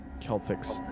Celtic's